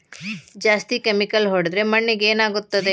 ಜಾಸ್ತಿ ಕೆಮಿಕಲ್ ಹೊಡೆದ್ರ ಮಣ್ಣಿಗೆ ಏನಾಗುತ್ತದೆ?